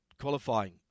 qualifying